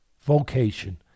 vocation